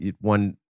one